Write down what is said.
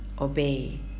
obey